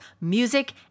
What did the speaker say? music